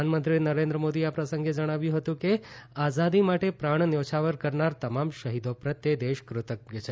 પ્રધાનમંત્રી નરેન્દ્ર મોદીએ આ પ્રસંગે જણાવ્યુ હતું કે આઝાદી માટે પ્રાણ ન્યોછાવર કરનાર તમામ શહીદો પ્રત્યે દેશ ફતજ્ઞ છે